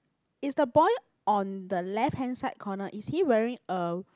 is the boy on the left hand side corner is he wearing a